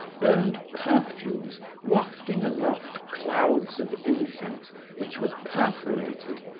burned perfumes wafting aloft clouds of incense which were perforated,